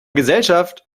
gesellschaft